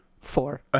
Four